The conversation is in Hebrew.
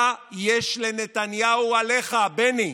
מה יש לנתניהו עליך, בני?